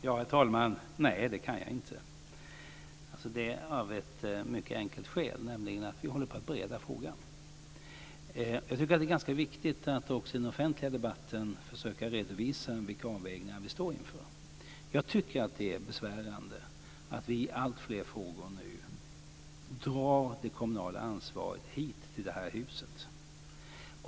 Herr talman! Nej, det kan jag inte av ett mycket enkelt skäl, nämligen att vi håller på att bereda frågan. Jag tycker att det är ganska viktigt att också i den offentliga debatten försöka redovisa vilka avvägningar vi står inför. Jag tycker att det är besvärande att vi i alltfler frågor drar det kommunala ansvaret hit till det här huset.